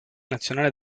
nazionale